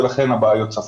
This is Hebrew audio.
ולכן הבעיה צפה.